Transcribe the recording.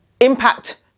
impact